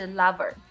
lover